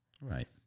Right